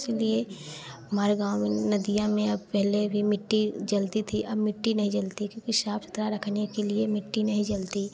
इसलिए हमारे गाँव में नदियाँ में अब पहले भी मिट्टी जलती थी अब मिट्टी नहीं जलती क्योंकि साफ़ सुथरा रखने के लिए मिट्टी नहीं जलती